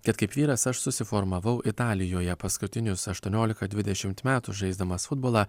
kad kaip vyras aš susiformavau italijoje paskutinius aštuoniolika dvidešimt metų žaisdamas futbolą